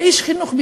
כאיש חינוך,